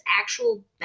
actual